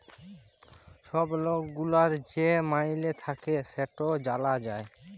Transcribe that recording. ছব লক গুলার যে মাইলে থ্যাকে সেট জালা যায়